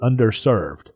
underserved